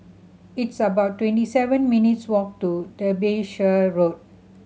it's about twenty seven minutes' walk to Derbyshire Road